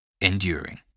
Enduring